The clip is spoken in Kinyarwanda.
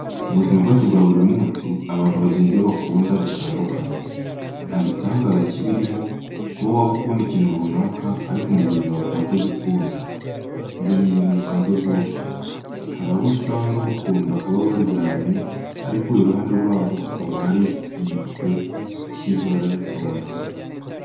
Mu buzima bwacu bwa buri munsi, abantu bagira ibyo bakunda bitandukanye. Nta gitangaza kibirimo kuba waba ukunda ikintu runaka ariko mugenzi wawe akaba atagikunda, ibyo ni ibintu bisanzwe rwose. Hari abo usanga bakunda kuba baryamye ariko iruhande rwabo hakaba hari igipupe cy'ibara runaka.